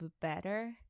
better